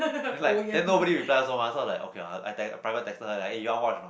then like then nobody reply us one mah so I was like okay lah I te~ I private texted her lah eh you want watch or not